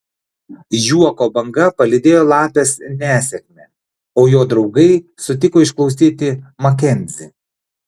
juoko banga palydėjo lapės nesėkmę o jo draugai sutiko išklausyti makenzį